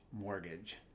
mortgage